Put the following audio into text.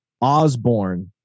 Osborne